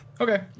Okay